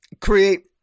create